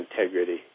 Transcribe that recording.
integrity